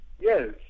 Yes